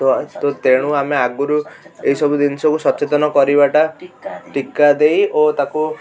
ତ ତେଣୁ ଆମେ ଆଗରୁ ଏଇସବୁ ଜିନିଷକୁ ସଚେତନ କରିବାଟା ଟିକା ଦେଇ ଓ ତାକୁ